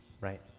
right